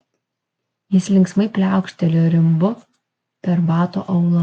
jis linksmai pliaukštelėjo rimbu per bato aulą